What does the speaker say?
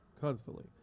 constantly